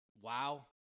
wow